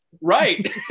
Right